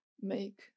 make